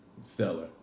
stellar